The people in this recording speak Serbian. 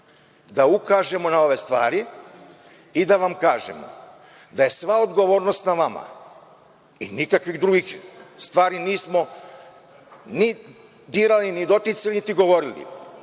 da ukažemo na ove stvari i da vam kažemo da je sva odgovornost na vama i nikakve druge stvari nismo ni dirali, ni doticali, niti govorili.